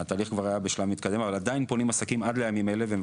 והתהליך כבר היה בשלב מתקדם אבל עדין פונים עסקים עד לימים האלה,